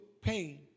pain